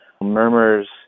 Murmurs